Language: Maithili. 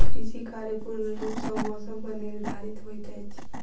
कृषि कार्य पूर्ण रूप सँ मौसम पर निर्धारित होइत अछि